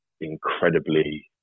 incredibly